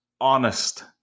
honest